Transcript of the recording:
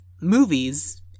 movies